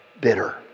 bitter